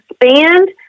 expand